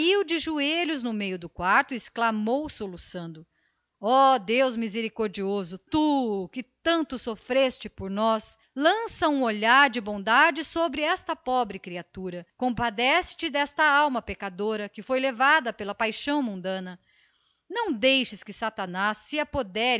de joelhos e disse entre dentes soluçando ó deus misericordioso tu que tanto padeceste por nós lança um olhar de bondade sobre esta pobre criatura desvairada compadece te da pobre alma pecadora levada só pela paixão mundana e cega não deixes que satanás se apodere da